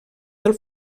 del